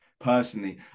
personally